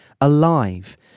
alive